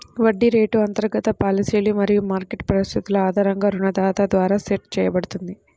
వడ్డీ రేటు అంతర్గత పాలసీలు మరియు మార్కెట్ పరిస్థితుల ఆధారంగా రుణదాత ద్వారా సెట్ చేయబడుతుంది